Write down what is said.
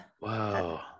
wow